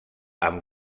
amb